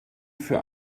für